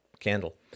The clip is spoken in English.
candle